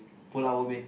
Pulau-Ubin